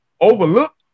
overlooked